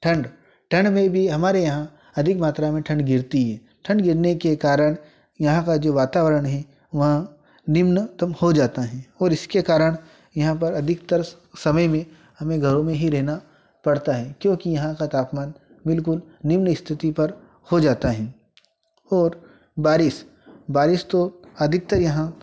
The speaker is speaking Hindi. ठंड ठंड में भी हमारे यहाँ अधिक मात्रा में ठंड गिरती है ठंड गिरने के कारण यहाँ का जो वातावरण है वह निम्नतम हो जाता है और इसके कारण यहाँ पर अधिकतर समय में हमें घरों में ही रहना पड़ता है क्योंकि यहाँ का तापमान बिलकुल निम्न स्थिति पर हो जाता है और बारिश बारिश तो अधिकतर यहाँ